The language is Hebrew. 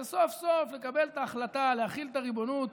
הוא סוף-סוף לקבל את ההחלטה להחיל את הריבונות